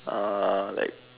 are like